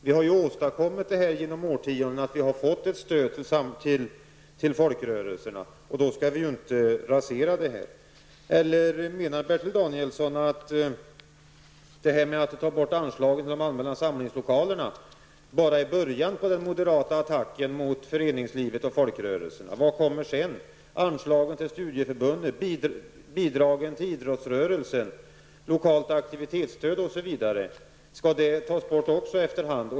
Vi har åstadkommit genom årtiondena att folkrörelserna får stöd, och då skall vi inte rasera det. Eller menar Bertil Danielsson att borttagandet av anslaget till de allmänna samlingslokalerna bara är början på den moderata attacken mot föreningslivet och folkrörelserna? Vad kommer sedan? Skall anslagen till studieförbunden, bidragen till idrottsrörelsen, lokalt aktivitetsstöd osv. tas bort efter hand?